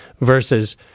versus